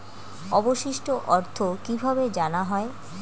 অবশিষ্ট অর্থ কিভাবে জানা হয়?